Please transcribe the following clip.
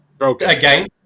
Again